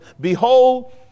Behold